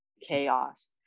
chaos